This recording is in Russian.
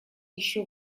ещё